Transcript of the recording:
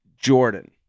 Jordan